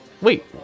Wait